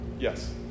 Yes